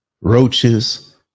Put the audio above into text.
roaches